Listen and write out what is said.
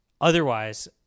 Otherwise